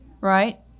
right